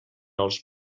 els